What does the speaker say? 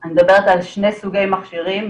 אני מדברת על שני סוגי מכשירים,